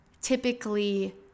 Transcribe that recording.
typically